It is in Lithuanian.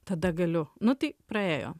tada galiu nu tai praėjo